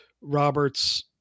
roberts